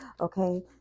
okay